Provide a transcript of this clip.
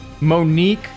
monique